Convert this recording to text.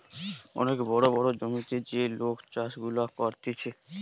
অনেক বড় বড় জমিতে যে লোক চাষ গুলা করতিছে